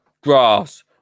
grass